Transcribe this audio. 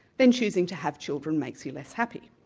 then choosing to have children make so you less happy.